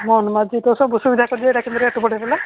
ମୋହନ ମାଝି ତ ସବୁ ସୁବିଧା ରେଟ୍ ବଢ଼େଇ ଦେଲେ